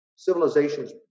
Civilizations